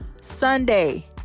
Sunday